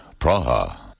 Praha